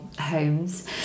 homes